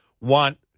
want